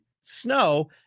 snow